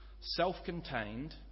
self-contained